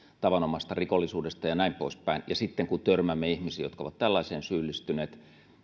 tavanomaisesta rikollisuudesta ja näin poispäin ja sitten kun törmäämme ihmisiin jotka ovat tällaiseen syyllistyneet